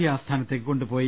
A ആസ്ഥാനത്തേക്ക് കൊണ്ടുപോയി